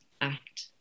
act